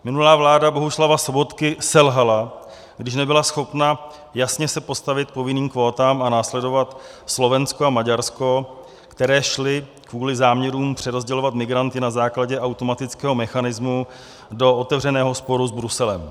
Minulá vláda Bohuslava Sobotky selhala, když nebyla schopna jasně se postavit k povinným kvótám a následovat Slovensko a Maďarsko, které šly kvůli záměrům přerozdělovat migranty na základě automatického mechanismu do otevřeného sporu s Bruselem.